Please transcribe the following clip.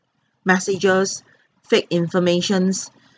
messages fake informations